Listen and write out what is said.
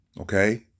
Okay